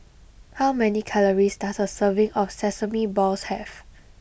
how many calories does a serving of Sesame Balls have